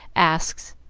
asks,